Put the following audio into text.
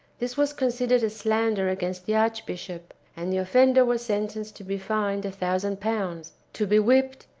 this was considered a slander against the archbishop, and the offender was sentenced to be fined a thousand pounds, to be whipped,